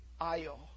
aisle